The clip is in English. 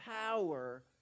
power